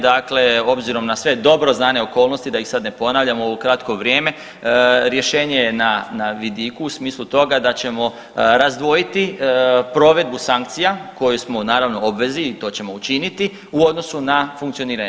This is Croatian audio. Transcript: Dakle, obzirom na sve dobro znane okolnosti da ih sada ne ponavljam u kratko vrijeme rješenje je na vidiku u smislu toga da ćemo razdvojiti provedbu sankcija koje smo naravno u obvezi i to ćemo učiniti u odnosu na funkcioniranje.